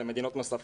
למשל.